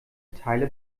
teile